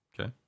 Okay